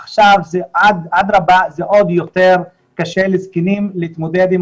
עכשיו אדרבא זה עוד יותר קשה לזקנים להתמודד עם